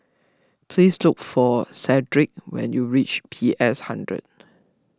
please look for Cedrick when you reach P S hundred